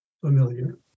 familiar